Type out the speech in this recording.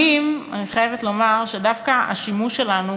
אני חייבת לומר שלפעמים דווקא השימוש שלנו